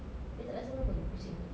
dia tak rasa apa-apa kucing